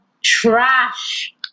Trash